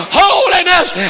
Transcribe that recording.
holiness